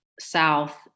south